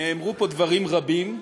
נאמרו פה דברים רבים.